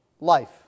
life